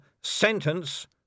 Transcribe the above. sentence